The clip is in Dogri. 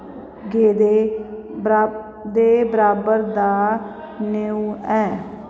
गेदे ब्राब दे बराबर दा नेऊ ऐ